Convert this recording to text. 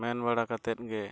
ᱢᱮᱱ ᱵᱟᱲᱟ ᱠᱟᱛᱮᱫ ᱜᱮ